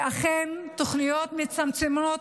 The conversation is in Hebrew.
התוכניות הוכיחו שאכן התוכניות מצמצמות